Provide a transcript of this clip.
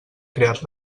creat